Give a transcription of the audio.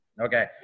Okay